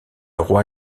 roi